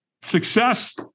success